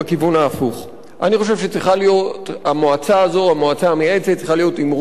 אני חושב שהמועצה המייעצת צריכה להיות עם רוב של נציגים סביבתיים,